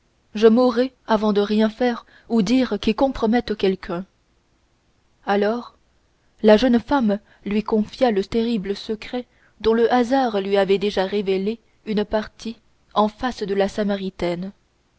je mourrai avant de rien faire ou dire qui compromette quelqu'un alors la jeune femme lui confia le terrible secret dont le hasard lui avait déjà révélé une partie en face de la